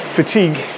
fatigue